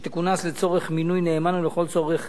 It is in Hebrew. שתכונס לצורך מינוי נאמן או לכל צורך